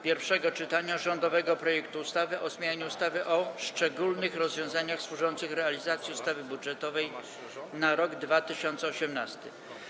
Pierwsze czytanie rządowego projektu ustawy o zmianie ustawy o szczególnych rozwiązaniach służących realizacji ustawy budżetowej na rok 2018.